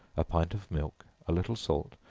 a pint of milk, a little salt,